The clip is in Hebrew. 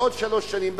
בעוד שלוש שנים,